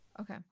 Okay